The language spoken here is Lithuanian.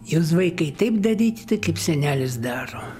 jūs vaikai taip darykite kaip senelis daro